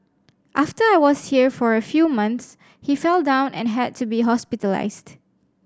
after I was here for a few months he fell down and had to be hospitalised